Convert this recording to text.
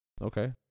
Okay